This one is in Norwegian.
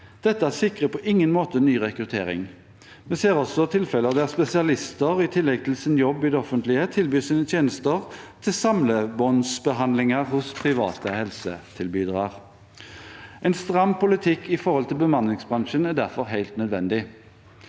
Dette sikrer på ingen måte ny rekruttering. En ser også tilfeller der spesialister i tillegg til sin jobb i det offentlige tilbyr sine tjenester til samlebåndsbehandling hos private helsetilbydere. En stram politikk når det gjelder bemanningsbransjen, er derfor helt nødvendig.